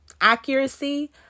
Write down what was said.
accuracy